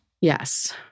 Yes